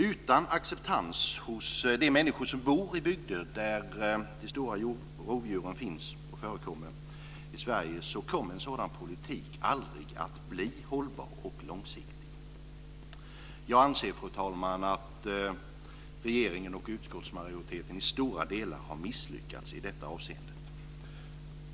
Utan acceptans hos de människor som bor i de bygder i Sverige där de stora rovdjuren förekommer kommer en sådan politik aldrig att bli hållbar och långsiktig. Fru talman! Jag anser att regeringen och utskottsmajoriteten i stora delar har misslyckats i detta avseende.